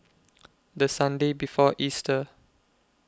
The Sunday before Easter